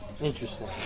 Interesting